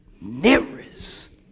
nearest